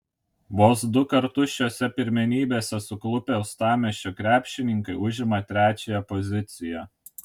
vos du kartus šiose pirmenybėse suklupę uostamiesčio krepšininkai užimą trečiąją poziciją